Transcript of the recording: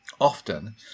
often